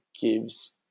gives